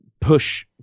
push